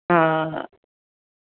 हां